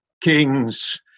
kings